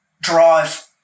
drive